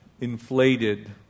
inflated